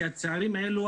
כי הצעירים האלו,